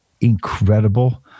incredible